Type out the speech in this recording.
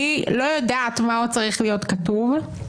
אני לא חושב שיש פה הסתה.